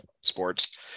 sports